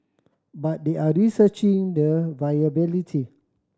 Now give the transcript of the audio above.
but they are researching the viability